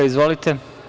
Izvolite.